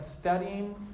studying